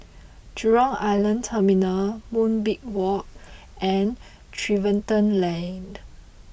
Jurong Island Terminal Moonbeam Walk and Tiverton Lane